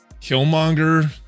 Killmonger